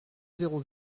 zéro